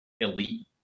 elite